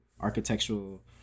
architectural